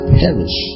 perish